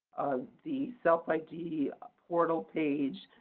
the self id portal page,